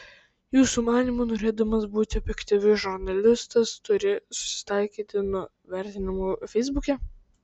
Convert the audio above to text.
jūsų manymu norėdamas būti objektyviu žurnalistas turėtų susilaikyti nuo vertinimų feisbuke